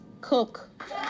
Cook